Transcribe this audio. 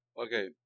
Okay